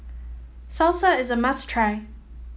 salsa is a must try